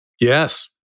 Yes